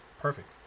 perfect